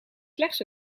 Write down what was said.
slechts